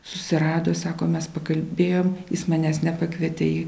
susirado sako mes pakalbėjom jis manęs nepakvietė į